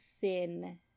thin